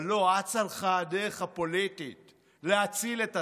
אבל לא, אצה לך הדרך הפוליטית להציל את עצמך.